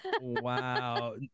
Wow